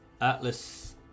Atlas